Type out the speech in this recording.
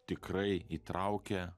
tikrai įtraukė